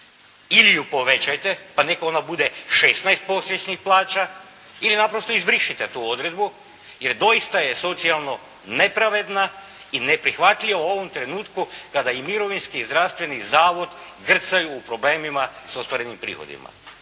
ili ju povećajte, pa neka ona bude 16 prosječnih plaća ili naprosto izbrišite tu odredbu, jer doista je socijalno nepravedna i neprihvatljiva u ovom trenutku kada i mirovinski i zdravstveni zavod grcaju u problemima s ostvarenim prihodima.